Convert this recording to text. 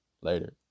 Later